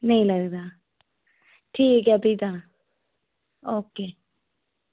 नेईं लगदा ठीक ऐ भी तां ओके